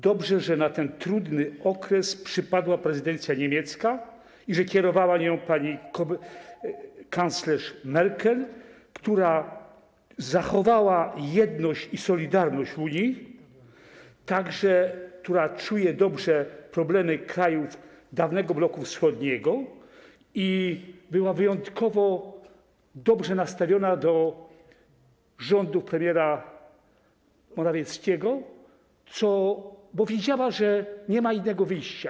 Dobrze, że na ten trudny okres przypadła prezydencja niemiecka i że Unią kierowała pani kanclerz Merkel, która zachowała jedność i solidarność w Unii, która czuje dobrze problemy krajów dawnego bloku wschodniego i która była wyjątkowo dobrze nastawiona do rządów premiera Morawieckiego, bo widziała, że nie ma innego wyjścia.